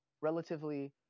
relatively